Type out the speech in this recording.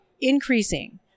increasing